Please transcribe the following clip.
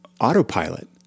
autopilot